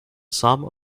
some